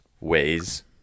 ways